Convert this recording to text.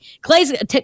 Clay's